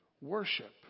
worship